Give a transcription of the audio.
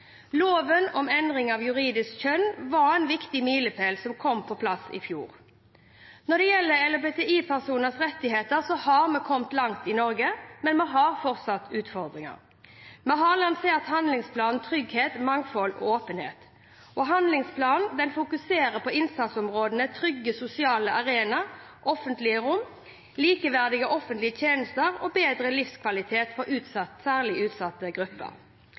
Loven om endring av juridisk kjønn var en viktig milepæl som kom på plass i fjor. Når det gjelder LHBTI-personers rettigheter, har vi kommet langt i Norge, men vi har fortsatt utfordringer. Vi har lansert handlingsplanen Trygghet, mangfold, åpenhet. Handlingsplanen fokuserer på innsatsområdene trygge sosiale arenaer og offentlige rom, likeverdige offentlige tjenester og bedre livskvalitet for særlig utsatte grupper.